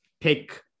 take